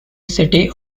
city